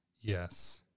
yes